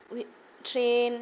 train